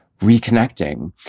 reconnecting